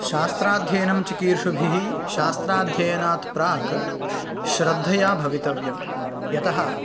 शास्त्राध्ययनं चिकीर्षुभिः शास्त्राध्ययनात् प्राक् श्रद्धया भवितव्यं यतः